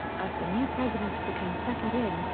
as the new president became settled in,